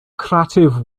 crative